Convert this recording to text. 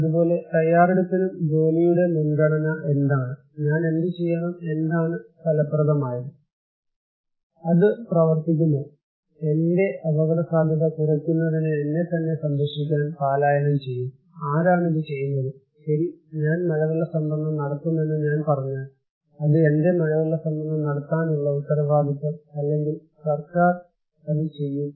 അതുപോലെ തയ്യാറെടുപ്പിലും ജോലിയുടെ മുൻഗണന എന്താണ് ഞാൻ എന്തുചെയ്യണം എന്താണ് ഫലപ്രദമായത് അത് പ്രവർത്തിക്കുമോ എന്റെ അപകടസാധ്യത കുറയ്ക്കുന്നതിന് എന്നെത്തന്നെ സംരക്ഷിക്കാൻ പലായനം ചെയ്യും ആരാണ് ഇത് ചെയ്യുന്നത് ശരി ഞാൻ മഴവെള്ള സംഭരണം നടത്തുമെന്ന് ഞാൻ പറഞ്ഞാൽ അത് എന്റെ മഴവെള്ള സംഭരണം നടത്താനുള്ള ഉത്തരവാദിത്തം അല്ലെങ്കിൽ സർക്കാർ അത് ചെയ്യും